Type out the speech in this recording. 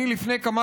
אני לפני כמה